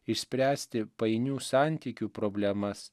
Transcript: išspręsti painių santykių problemas